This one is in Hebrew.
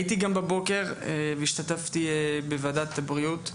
הייתי גם בבוקר והשתתפתי בוועדת הבריאות.